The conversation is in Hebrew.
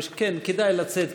כדאי לצאת,